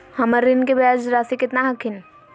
हमर ऋण के ब्याज रासी केतना हखिन?